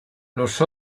los